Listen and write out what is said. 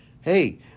Hey